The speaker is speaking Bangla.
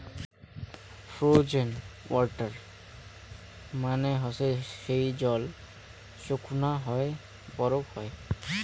ফ্রোজেন ওয়াটার মানে হসে যেই জল চৌকুনা হই বরফ হই